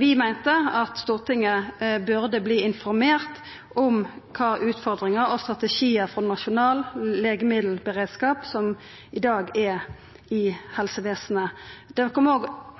Vi meinte at Stortinget burde bli informert om kva utfordringar og strategiar for nasjonal legemiddelberedskap som i dag er i helsevesenet. Det kom